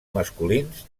masculins